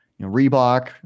Reebok